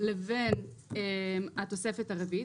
לבין התוספת הרביעית,